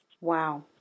Wow